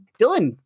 dylan